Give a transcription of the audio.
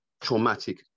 traumatic